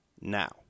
now